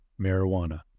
marijuana